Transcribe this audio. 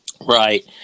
Right